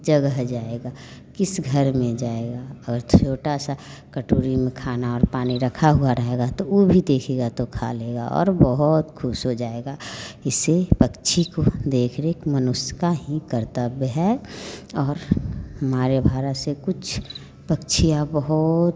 जगह जाएगा किस घर में जाएगा और छोटी सी कटोरी में खाना और पानी रखा हुआ रहेगा तो वह भी देखेगा तो खा लेगा और बहुत ख़ुश हो जाएगा ऐसे पक्षी की देख रेख मनुष्य का ही कर्तव्य है और हमारे भारत से कुछ पक्षियाँ बहुत